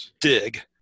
dig